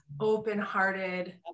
open-hearted